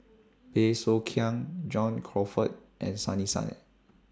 Bey Soo Khiang John Crawfurd and Sunny Sia